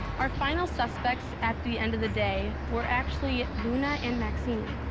our final suspects at the end of the day were actually luna and maxine.